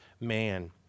man